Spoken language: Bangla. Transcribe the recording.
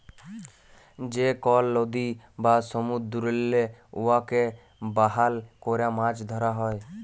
যে কল লদী বা সমুদ্দুরেল্লে উয়াকে বাহল ক্যরে মাছ ধ্যরা হ্যয়